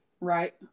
Right